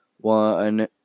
One